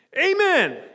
Amen